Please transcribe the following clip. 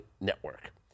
network